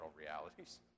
realities